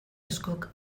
askok